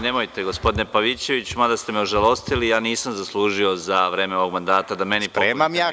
Nemojte, gospodine Pavićeviću, mada ste me ožalostili, ja nisam zaslužio za vreme ovog mandata da meni poklonite neku knjigu.